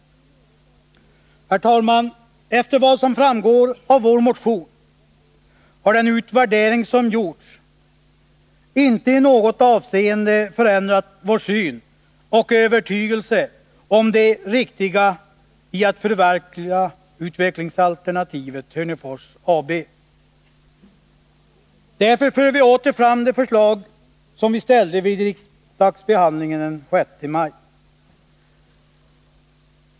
Herr talman! Efter vad som framgår av vår motion har den utvärdering som gjorts inte i något avseende förändrat vår syn och övertygelse om det riktiga i att förverkliga utvecklingsalternativet Hörnefors AB. Därför för vi åter fram det förslag som vi ställde vid riksdagsbehandlingen den 6 maj.